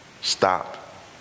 Stop